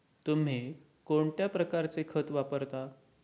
तुम्ही कोणत्या प्रकारचे खत वापरता?